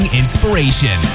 inspiration